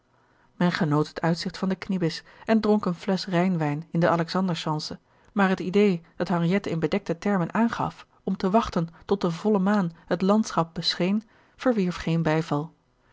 men genoot het uitzicht van de kniebis en dronk een flesch rijnwijn in de alexander schanze maar het idée dat henriette in bedekte termen aangaf om te wachten tot de volle maan het landschap bescheen verwierf geen bijval